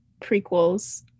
prequels